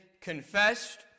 confessed